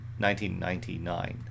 1999